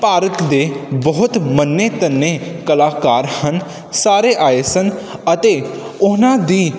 ਭਾਰਤ ਦੇ ਬਹੁਤ ਮੰਨੇ ਧੰਨੇ ਕਲਾਕਾਰ ਹਨ ਸਾਰੇ ਆਏ ਸਨ ਅਤੇ ਉਹਨਾਂ ਦੀ